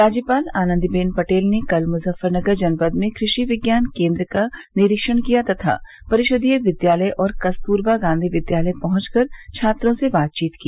राज्यपाल आनन्दीबेन पटेल ने कल मुजफ्फरनगर जनपद में कृषि विज्ञान केन्द्र का निरीक्षण किया तथा परिषदीय विद्यालय और कस्तूरबा गांधी विद्यालय पहुंच कर छात्रों से बातचीत की